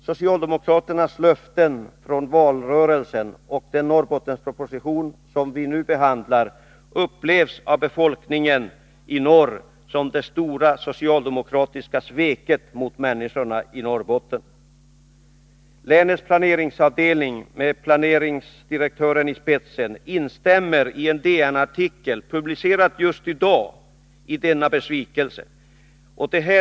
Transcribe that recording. Socialdemokraternas löften i valrörelsen och den Norrbottensproposition vi nu behandlar upplevs av befolkningen i norr som det stora socialdemokratiska sveket mot människorna där. Länets planeringsavdelning med planeringsdirektören i spetsen delar enligt en DN-artikel, publicerad just i dag, den besvikelse man känner i Norrbotten.